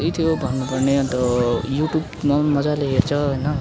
यही थियो भन्नुपर्ने अन्त युट्युबमा पनि मज्जाले हेर्छ होइन